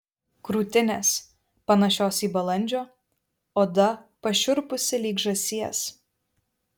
krūtinės panašios į balandžio oda pašiurpusi lyg žąsies